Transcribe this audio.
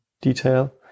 detail